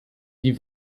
die